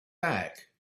back